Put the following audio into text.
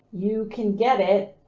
you can get it.